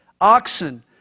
oxen